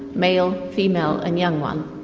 male, female and young one'.